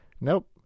Nope